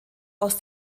aus